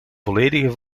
volledige